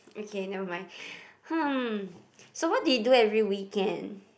okay never mind hmm so what do you do every weekend